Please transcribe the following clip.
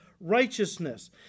righteousness